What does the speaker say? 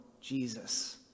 jesus